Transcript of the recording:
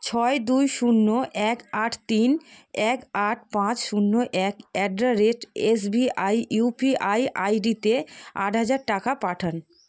ছয় দুই শূন্য এক আট তিন এক আট পাঁচ শূন্য এক at the rate SBI UPI ID তে আট হাজার টাকা পাঠান